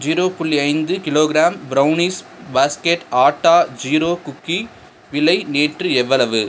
zero புள்ளி ஐந்து kilo gram brownies basket atta jeera cookie விலை நேற்று எவ்வளவு